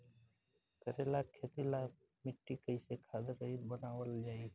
करेला के खेती ला मिट्टी कइसे खाद्य रहित बनावल जाई?